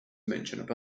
mentioned